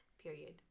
period